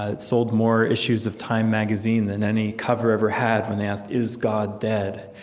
ah it sold more issues of time magazine than any cover ever had when asked is god dead?